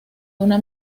una